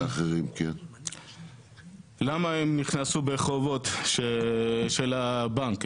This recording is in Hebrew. למה הם בחובות של הבנק?